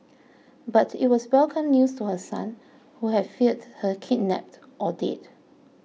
but it was welcome news to her son who had feared her kidnapped or dead